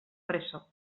preso